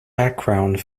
background